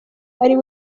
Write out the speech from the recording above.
ari